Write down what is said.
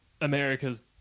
America's